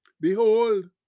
Behold